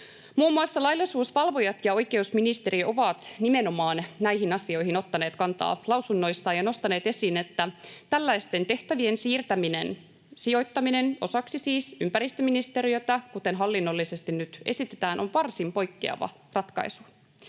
Muun muassa laillisuusvalvojat ja oikeusministeriö ovat nimenomaan näihin asioihin ottaneet kantaa lausunnoissaan ja nostaneet esiin, että tällaisten tehtävien siirtäminen, sijoittaminen siis osaksi ympäristöministeriötä, kuten hallinnollisesti nyt esitetään, on varsin poikkeava ratkaisu,